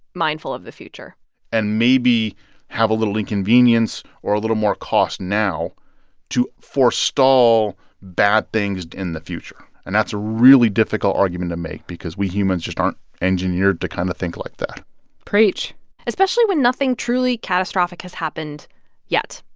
mindful of the future and maybe have a little inconvenience or a little more cost now to forestall bad things in the future. and that's a really difficult argument to make because we humans just aren't engineered to kind of think like that preach especially when nothing truly catastrophic has happened yet.